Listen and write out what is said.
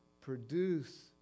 produce